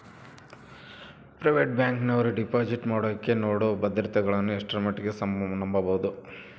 Private ಬ್ಯಾಂಕಿನವರು deposit ಮಾಡೋಕೆ ನೇಡೋ ಭದ್ರತೆಗಳನ್ನು ಎಷ್ಟರ ಮಟ್ಟಿಗೆ ನಂಬಬಹುದು?